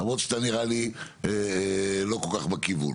למרות שאתה נראה לי לא כל כך בכיוון.